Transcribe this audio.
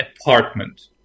apartment